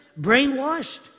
brainwashed